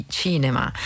cinema